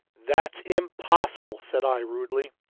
that's impossible, said i rudely.